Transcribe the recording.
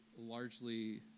largely